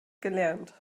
gelernt